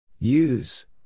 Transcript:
Use